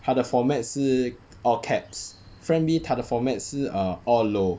他的 format 是 all caps friend B 他的 format 是 err all low